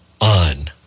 on